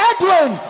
Edwin